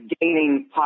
gaining